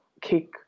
kick